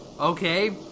Okay